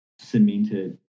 cemented